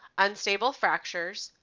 unstable fractures,